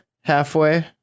halfway